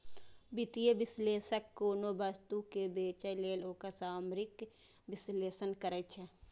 वित्तीय विश्लेषक कोनो वस्तु कें बेचय लेल ओकर सामरिक विश्लेषण करै छै